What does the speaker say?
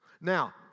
Now